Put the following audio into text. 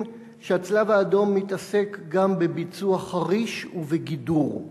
שהצלב-האדום מתעסק גם בביצוע חריש ובגידור.